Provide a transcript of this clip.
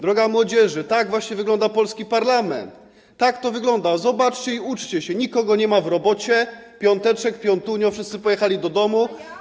Droga młodzieży, tak właśnie wygląda polski parlament, tak to wygląda, zobaczcie i uczcie się, nikogo nie ma w robocie, piąteczek, piątunio, wszyscy pojechali do domu.